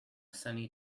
sunny